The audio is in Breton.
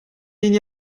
hini